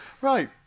Right